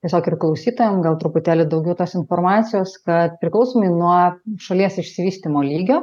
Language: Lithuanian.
tiesiog ir klausytojam gal truputėlį daugiau tos informacijos kad priklausomai nuo šalies išsivystymo lygio